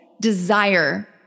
desire